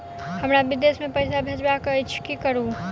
हमरा विदेश मे पैसा भेजबाक अछि की करू?